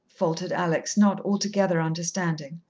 faltered alex, not altogether understanding.